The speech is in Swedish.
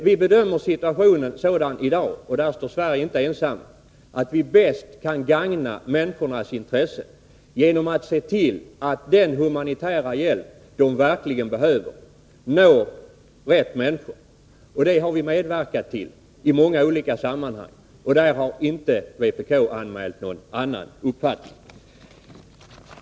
Vi bedömer situationen sådan i dag, och där står Sverige inte ensamt, att vi bäst kan gagna människornas intresse genom att se till att den humanitära hjälp de verkligen behöver når fram. Det har vi medverkat till i många olika sammanhang och där har inte vpk anmält någon annan uppfattning.